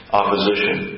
opposition